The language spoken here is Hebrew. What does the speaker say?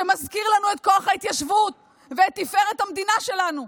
שמזכיר לנו את כוח ההתיישבות ואת תפארת המדינה שלנו.